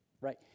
right